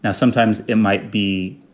yeah sometimes it might be.